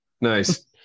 Nice